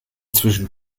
zwischen